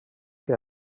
que